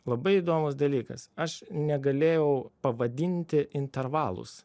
labai įdomus dalykas aš negalėjau pavadinti intervalus